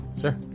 Sure